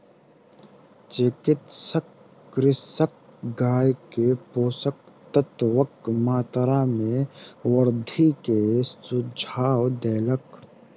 चिकित्सक कृषकक गाय के पोषक तत्वक मात्रा में वृद्धि के सुझाव देलक